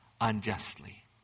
Unjustly